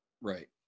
right